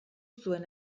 zuen